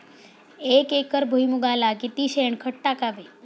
एक एकर भुईमुगाला किती शेणखत टाकावे?